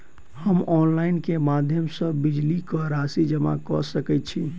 हम ऑनलाइन केँ माध्यम सँ बिजली कऽ राशि जमा कऽ सकैत छी?